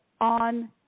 on